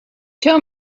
tell